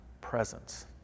presence